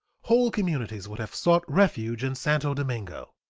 whole communities would have sought refuge in santo domingo.